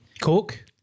Coke